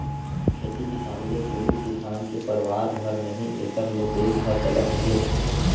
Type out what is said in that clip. खेती किसानी ले सिरिफ किसान के परवार भर नही एकर ले देस ह चलत हे